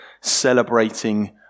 celebrating